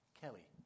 Kelly